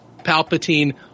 Palpatine